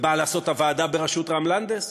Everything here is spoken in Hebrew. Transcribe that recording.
ובאה לעשות הוועדה בראשות רם לנדס,